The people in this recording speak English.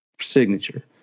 signature